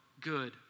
good